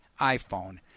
iPhone